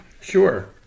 sure